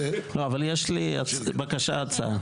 לא, אבל יש לי בקשה, הצעה.